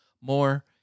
more